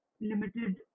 limited